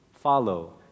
follow